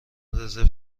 رزرو